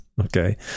okay